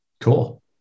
Cool